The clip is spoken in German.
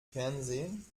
fernsehen